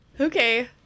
Okay